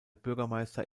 bürgermeister